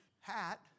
hat